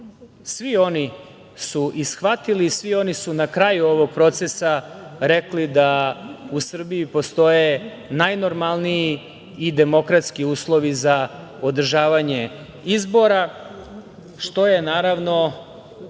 oni su i shvatili, i svi oni su na kraju ovog procesa rekli da u Srbiji postoje najnormalniji i demokratski uslovi za održavanje izbora, što je naravno,